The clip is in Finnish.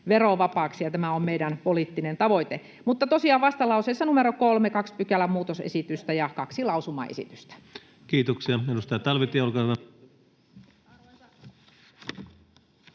verovapaaksi, ja tämä on meidän poliittinen tavoitteemme. Tosiaan vastalauseessa numero 3 kaksi pykälämuutosesitystä ja kaksi lausumaesitystä. [Leena Meri: Eihän